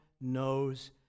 knows